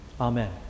Amen